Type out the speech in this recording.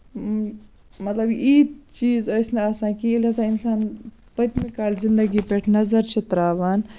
مطلب ییٖتۍ چیٖز ٲسۍ نہٕ آسان کِہیٖنۍ ییٚلہِ ہسا اِنسان پٔتمہِ کالہِ اِنسان زِندگی پٮ۪ٹھ نَظر چھُ تراوان